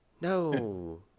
no